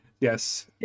Yes